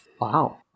Wow